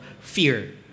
fear